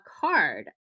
card